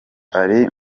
ari